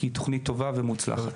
כי היא טובה ומוצלחת.